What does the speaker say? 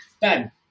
Ben